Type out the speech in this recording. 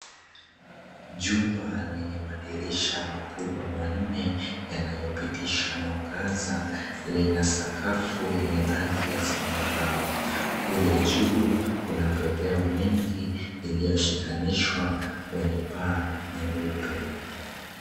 Jumba lenye madirisha makubwa manne yanayopitisha mwangaza, lina sakafu ya rangi ya zambarau. Kule juu kuna pepeo mingi iliyoshikanishwa kwenye paa nyeupe.